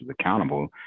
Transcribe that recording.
accountable